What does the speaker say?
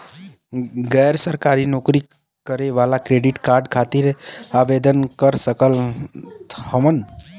गैर सरकारी नौकरी करें वाला क्रेडिट कार्ड खातिर आवेदन कर सकत हवन?